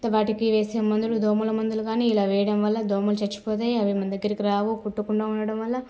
వాటికి వేసే మందులు దోమల మందులు కానీ ఇలా వేయడం వల్ల దోమలు చచ్చిపోతాయి అవి మన దగ్గరికి రావు కుట్టకుండా ఉండడం వల్ల